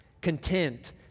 Content